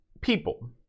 people